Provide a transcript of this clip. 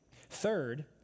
Third